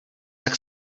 tak